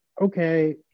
okay